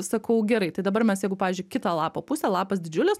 sakau gerai tai dabar mes jeigu pavyzdžiui kitą lapo pusę lapas didžiulis